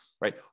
Right